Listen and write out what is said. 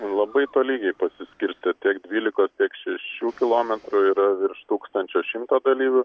labai tolygiai pasiskirstę tiek dvylikos tiek šešių kilometrų yra virš tūkstančio šimto dalyvių